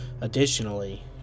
Additionally